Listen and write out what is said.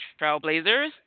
Trailblazers